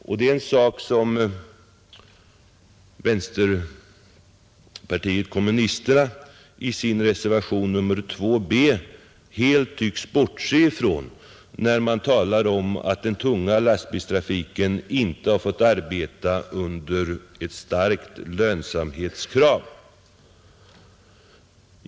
Detta är något som vänsterpartiet kommunisternas företrädare helt tycks bortse ifrån när han i reservation nr 2 b talar om att ”den tunga lastbilstrafiken inte har fått arbeta under ett starkt lönsamhetskrav”.